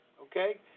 Okay